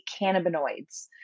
cannabinoids